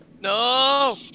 No